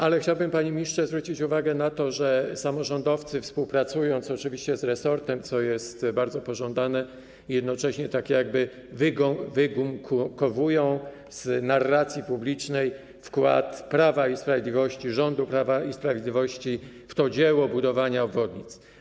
Ale chciałbym, panie ministrze, zwrócić uwagę na to, że samorządowcy, oczywiście współpracując z resortem, co jest bardzo pożądane, jednocześnie tak jakby wygumkowują z narracji publicznej wkład Prawa i Sprawiedliwości, rządu Prawa i Sprawiedliwości w to dzieło budowania obwodnic.